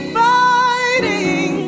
fighting